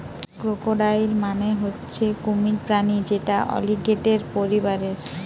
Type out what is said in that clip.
crocodile মানে হচ্ছে কুমির প্রাণী যেটা অলিগেটের পরিবারের